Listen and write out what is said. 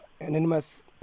anonymous